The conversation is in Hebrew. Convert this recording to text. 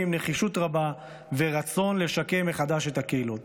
נחישות רבה ורצון לשקם מחדש את הקהילות.